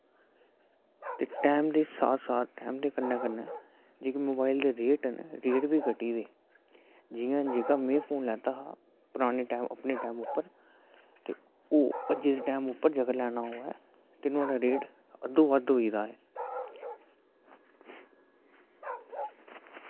time दे साथ साथ ते टाईम दे कन्नै कन्नै जेह्के मोबाईल दे रेट न रेट बी घटी गेदे जियां जेह्का में फोन लैता हा पराने टैम अपने टैम उप्पर ओह् जेकर अज्जै दे टैम उप्पर लैना होऐ ते नुआढ़ा रेट अद्धो अद्ध होई गेदा ऐ